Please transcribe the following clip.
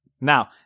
Now